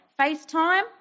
FaceTime